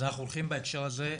אז אנחנו הולכים בהקשר הזה,